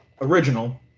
original